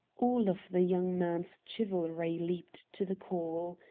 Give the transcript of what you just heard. all of the young man's chivalry leaped to the call.